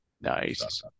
Nice